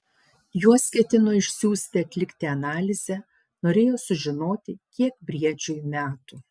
juos ketino išsiųsti atlikti analizę norėjo sužinoti kiek briedžiui metų